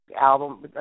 album